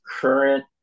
current